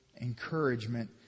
encouragement